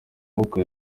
maboko